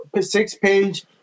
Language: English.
six-page